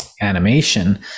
animation